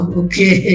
okay